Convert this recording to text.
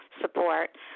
support